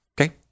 okay